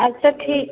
अच्छा ठीक